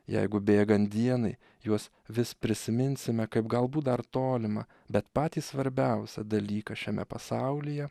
jeigu bėgant dienai juos vis prisiminsime kaip galbūt dar tolimą bet patį svarbiausią dalyką šiame pasaulyje